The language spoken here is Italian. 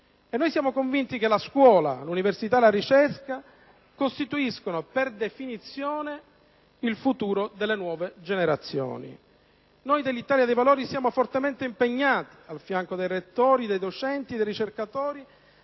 Noi siamo convinti che scuola, università e ricerca costituiscono, per definizione, il futuro delle nuove generazioni. Noi dell'Italia dei Valori siamo fortemente impegnati al fianco dei rettori, dei docenti, dei ricercatori,